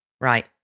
Right